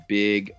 big